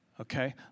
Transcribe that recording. Okay